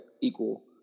equal